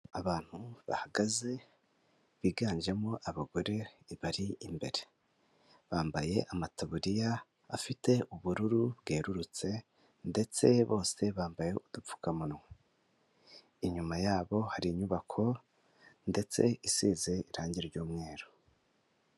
Abantu bahagaze biganjemo abagore bari imbere. Bambaye amataburiya afite ubururu bwerurutse ndetse bose bambaye udupfukamunwa. Inyuma yabo hari inyubako ndetse isize irangi ry'umweru.